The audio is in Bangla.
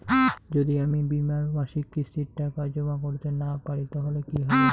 যদি আমি বীমার মাসিক কিস্তির টাকা জমা করতে না পারি তাহলে কি হবে?